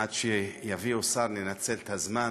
עד שיביאו שר ננצל את הזמן.